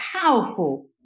powerful